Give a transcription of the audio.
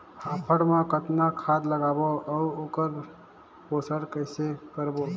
फाफण मा कतना खाद लगाबो अउ ओकर पोषण कइसे करबो?